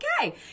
okay